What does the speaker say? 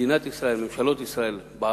ממשלות ישראל ומדינת ישראל,